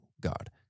God